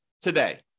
today